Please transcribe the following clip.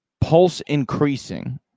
pulse-increasing